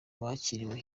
bakiriwe